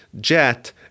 jet